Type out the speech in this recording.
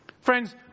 Friends